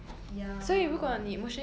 ya